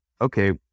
okay